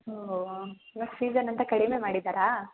ಹೋ ಇವಾಗ ಸೀಜನ್ ಅಂತ ಕಡಿಮೆ ಮಾಡಿದ್ದಾರಾ